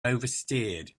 oversteered